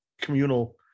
communal